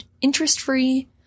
interest-free